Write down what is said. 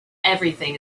everything